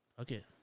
okay